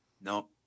no